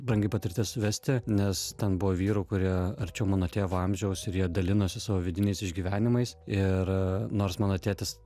brangi patirtis vesti nes ten buvo vyrų kurie arčiau mano tėvo amžiaus ir jie dalinosi savo vidiniais išgyvenimais ir nors mano tėtis